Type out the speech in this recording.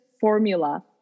formula